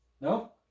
No